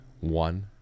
one